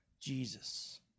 Jesus